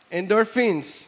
Endorphins